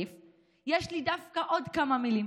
יש לי דווקא עוד כמה מילים